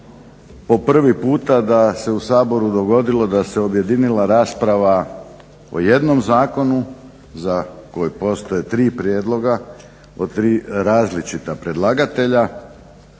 po prvi puta da se u Saboru dogodilo da se objedinila rasprava o jednom zakonu za koji postoje tri prijedloga od tri različita predlagatelja.